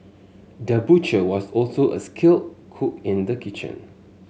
the butcher was also a skilled cook in the kitchen